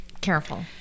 careful